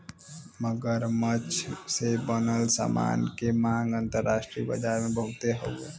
मगरमच्छ से बनल सामान के मांग अंतरराष्ट्रीय बाजार में बहुते हउवे